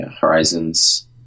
horizons